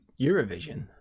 Eurovision